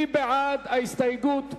מי בעד ההסתייגות?